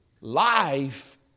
life